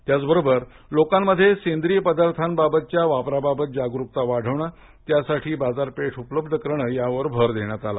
त्याचबरोबर लोकांमध्ये सेंद्रीय पदार्थांच्या वापराबाबत जागरूकता वाढवणं त्यासाठी बाजारपेठ उपलब्ध करणं यावर भरदेण्यात आला